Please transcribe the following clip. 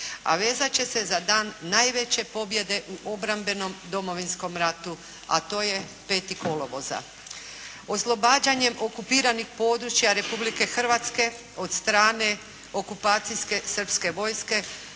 a vezat će se za dan najveće pobjede u obrambenom Domovinskom ratu, a to je 5. kolovoza. Oslobađanjem okupiranih područja Republike Hrvatske od strane okupacijske srpske vojske,